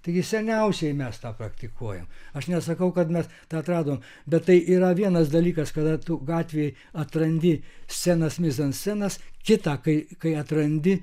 taigi seniausiai mes tą praktikuojam aš nesakau kad mes tą atradom bet tai yra vienas dalykas kada tu gatvėj atrandi scenas mizanscenas kitą kai kai atrandi